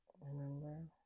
remember